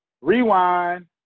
Rewind